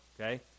okay